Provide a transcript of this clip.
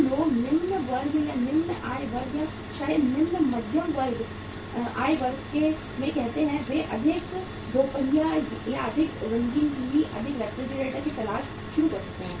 जो लोग निम्न वर्ग या निम्न आय वर्ग या शायद निम्न मध्यम आय वर्ग में कहते हैं वे अधिक दोपहिया अधिक रंगीन टीवी अधिक रेफ्रिजरेटर की तलाश शुरू कर सकते हैं